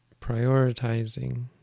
prioritizing